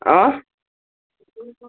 অঁ